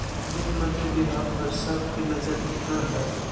वित्त मंत्री विभाग पर सब के नजर टिकल हइ